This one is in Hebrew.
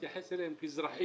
ולהתייחס אל התושבים כאל אזרחים.